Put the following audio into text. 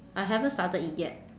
I haven't started it yet